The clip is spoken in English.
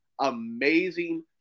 amazing